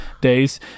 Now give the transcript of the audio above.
days